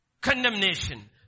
condemnation